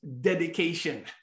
dedication